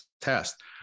test